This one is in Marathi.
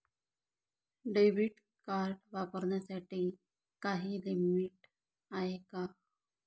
डेबिट कार्ड वापरण्यासाठी काही लिमिट आहे का?